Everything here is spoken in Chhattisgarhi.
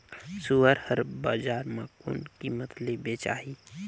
सुअर हर बजार मां कोन कीमत ले बेचाही?